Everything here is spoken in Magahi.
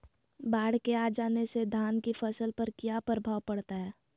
बाढ़ के आ जाने से धान की फसल पर किया प्रभाव पड़ता है?